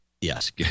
Yes